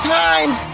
times